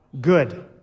Good